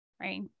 right